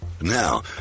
Now